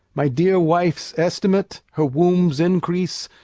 my dear wife's estimate, her womb's increase,